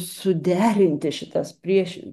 suderinti šitas prieš